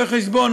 רואי-חשבון,